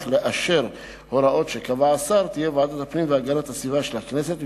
לאשר הוראות שקבע השר תהיה ועדת הפנים והגנת הסביבה של הכנסת,